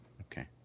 Okay